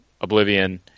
Oblivion